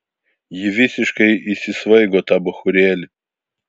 ji visiškai įsisvaigo tą bachūrėlį